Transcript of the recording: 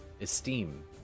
esteem